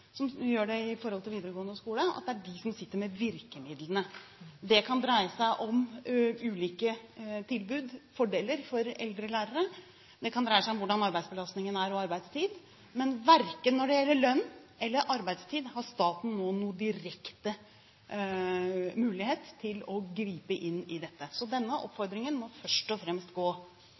videregående skole. Det er de som sitter med virkemidlene. Det kan dreie seg om ulike tilbud og fordeler for eldre lærere. Det kan dreie seg om hvordan arbeidsbelastningen er, og om arbeidstid. Men verken når det gjelder lønn eller arbeidstid, har staten nå noen direkte mulighet til å gripe inn. Så denne oppfordringen må først og fremst gå